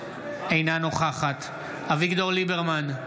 אינה נוכחת אביגדור ליברמן,